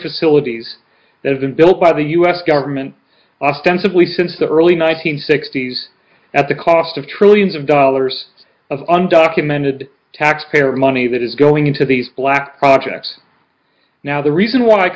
facilities that have been built by the us government ostensibly since the early one nine hundred sixty s at the cost of trillions of dollars of undocumented taxpayer money that is going into these black projects now the reason why i